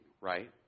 right